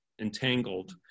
entangled